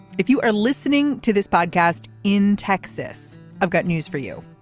if you are listening to this podcast in texas i've got news for you.